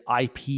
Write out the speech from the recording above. IP